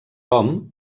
tom